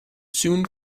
soon